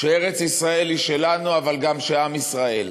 שארץ-ישראל היא שלנו, אבל גם שעם ישראל,